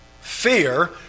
fear